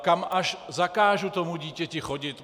Kam až zakážu tomu dítěti chodit?